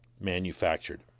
manufactured